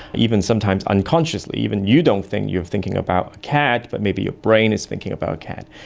even sometimes unconsciously, even you don't think you are thinking about a cat but maybe your brain is thinking about a cat.